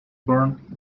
born